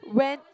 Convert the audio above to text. when